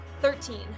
Thirteen